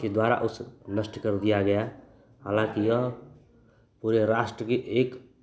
के द्वारा उस नष्ट कर दिया गया हालाँकि यह पूरे राष्ट्र की एक